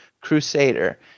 Crusader